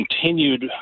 continued